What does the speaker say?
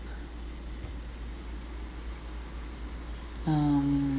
um